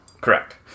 Correct